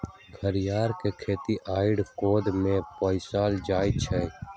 घरियार के खेत आऽ कैद में पोसल जा सकइ छइ